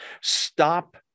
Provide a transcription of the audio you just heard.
Stop